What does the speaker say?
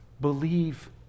Believe